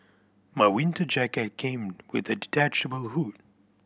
my winter jacket came with a detachable hood